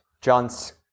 John's